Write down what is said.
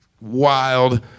wild